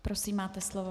Prosím, máte slovo.